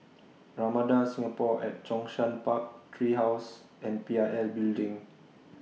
Ramada Singapore At Zhongshan Park Tree House and P I L Building